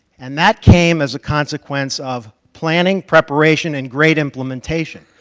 and that came as a consequence of planning, preparation, and great implementation,